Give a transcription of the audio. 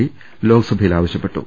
P ലോക്സഭയിൽ ആവശ്യപ്പെ ട്ടു